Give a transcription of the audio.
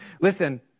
Listen